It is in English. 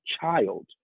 child